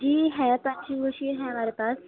جی ہے punching machine ہے ہمارے پاس